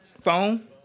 Phone